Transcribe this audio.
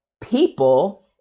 people